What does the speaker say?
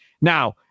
Now